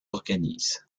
organise